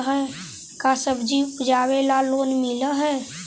का सब्जी उपजाबेला लोन मिलै हई?